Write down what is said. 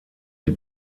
die